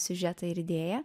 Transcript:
siužetą ir idėją